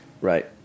Right